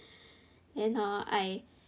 then hor I